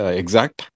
exact